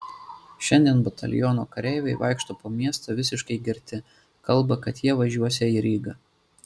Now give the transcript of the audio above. šiandien bataliono kareiviai vaikšto po miestą visiškai girti kalba kad jie važiuosią į rygą